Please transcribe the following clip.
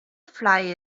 fly